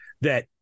that-